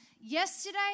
Yesterday